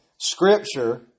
Scripture